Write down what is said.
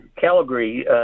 Calgary